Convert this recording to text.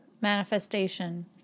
manifestation